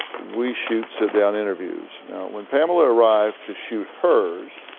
we shoot sit down interviews, now when pamela arrived to shoot hers,